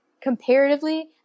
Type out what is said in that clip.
Comparatively